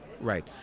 Right